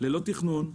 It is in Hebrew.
ללא תכנון,